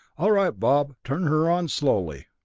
all right, bob, turn her on slowly.